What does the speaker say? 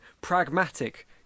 pragmatic